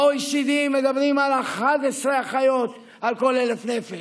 ב-OECD מדברים על 11 אחיות על כל 1,000 נפש.